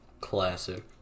Classic